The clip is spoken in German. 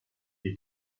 die